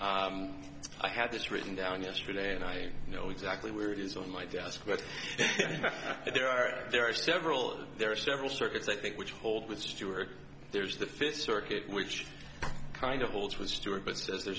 i had this written down yesterday and i know exactly where it is on my desk but there are there are several there are several circuits i think which hold with stewart there's the fifth circuit which kind of holds with stewart but says there's